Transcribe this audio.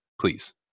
Please